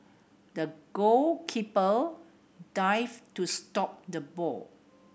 the goalkeeper dived to stop the ball